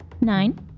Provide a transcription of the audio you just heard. Nine